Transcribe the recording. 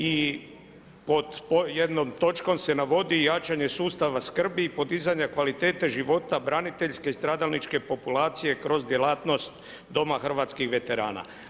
I pod jednom točkom se navodi jačanje sustava skrbi, podizanje kvalitete života branilačke i stradalničke populacije kroz djelatnost doma hrvatskih veterana.